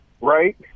right